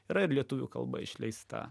yra ir lietuvių kalba išleista